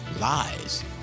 lies